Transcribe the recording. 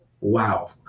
wow